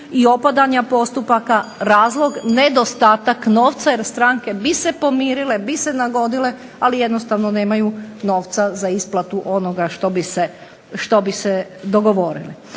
i opadanje postupaka razlog nedostatak novca jer stranke bi se pomirile, bi se nagodile ali jednostavno nema novca za isplatu onoga što bi se dogovorile.